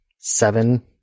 Seven